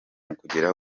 ukugera